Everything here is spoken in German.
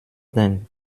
denn